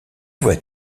vas